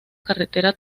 carretera